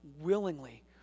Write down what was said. willingly